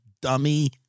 dummy